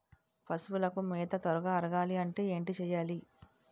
పశువులకు మేత త్వరగా అరగాలి అంటే ఏంటి చేయాలి?